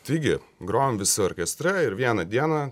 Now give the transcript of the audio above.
taigi grojom visi orkestre ir vieną dieną